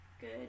good